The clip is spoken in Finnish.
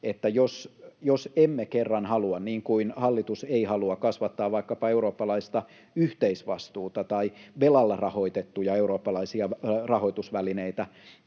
että jos emme kerran halua — niin kuin hallitus ei halua — kasvattaa vaikkapa eurooppalaista yhteisvastuuta tai velalla rahoitettuja eurooppalaisia rahoitusvälineitä,